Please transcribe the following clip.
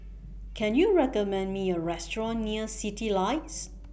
Can YOU recommend Me A Restaurant near Citylights